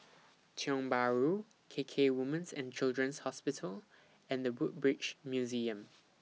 Tiong Bahru K K Women's and Children's Hospital and The Woodbridge Museum